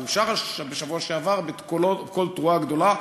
והוא אושר בשבוע שעבר בקול תרועה גדולה,